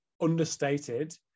understated